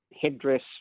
headdress